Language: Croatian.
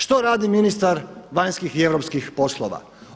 Što radi ministar vanjskih i europskih poslova?